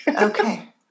Okay